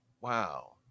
Wow